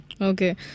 Okay